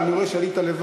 אבל אני רואה שעלית לבד,